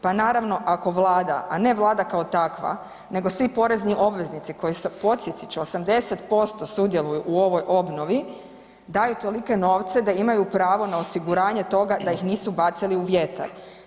Pa naravno ako Vlada, a ne Vlada kao takva nego svi porezni obveznici koji su, podsjetit ću, 80% sudjeluju u ovoj obnovi daju tolike novce da imaju pravo na osiguranje toga da ih nisu bacili u vjetar.